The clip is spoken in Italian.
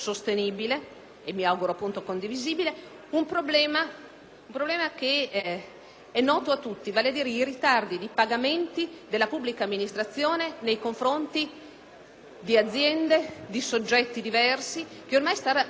un problema noto a tutti, vale a dire i ritardi di pagamento della pubblica amministrazione nei confronti di aziende, di soggetti diversi, problema che ormai sta raggiungendo dimensioni non più tollerabili in un Paese civile.